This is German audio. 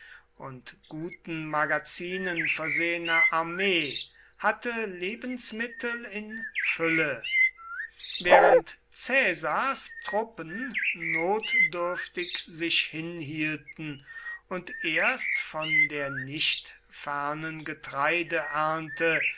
und guten magazinen versehene armee hatte lebensmittel in fülle während caesars truppen notdürftig sich hinhielten und erst von der nicht fernen